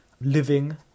living